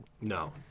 No